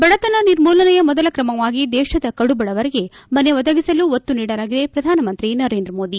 ಬಡತನ ನಿರ್ಮೂಲನೆಯ ಮೊದಲ ಕ್ರಮವಾಗಿ ದೇಶದ ಕಡುಬಡವರಿಗೆ ಮನೆ ಒದಗಿಸಲು ಒತ್ತು ನೀಡಲಾಗಿದೆ ಪ್ರಧಾನಮಂತ್ರಿ ನರೇಂದ್ರ ಮೋದಿ